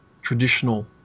traditional